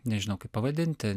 nežinau kaip pavadinti